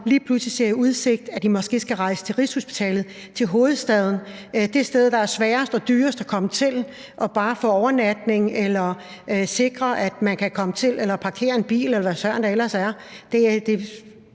lige pludselig har udsigt til, at de måske skal rejse til Rigshospitalet, til hovedstaden, altså det sted, der er sværest og dyrest at komme til og bare få overnatning eller sikre, at man kan komme til at parkere en bil, eller hvad søren det ellers er. Det er